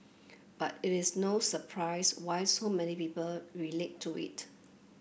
but it is no surprise why so many people relate to it